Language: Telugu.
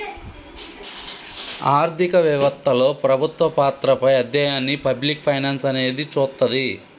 ఆర్థిక వెవత్తలో ప్రభుత్వ పాత్రపై అధ్యయనాన్ని పబ్లిక్ ఫైనాన్స్ అనేది చూస్తది